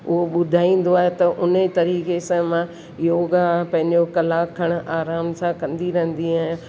उहो ॿुधाईंदो आहे त उन्हीअ तरीक़े सां मां योगा पंहिंजो कलाकु खनि आराम सां कंदी रहंदी आहियां